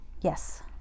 Yes